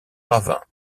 ravin